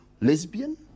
lesbian